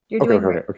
okay